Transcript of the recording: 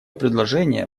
предложение